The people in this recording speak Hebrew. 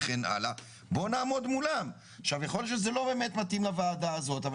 יכול להיות שזה לא באמת מתאים לוועדה הזאת.